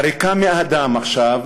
הריקה מאדם עכשיו,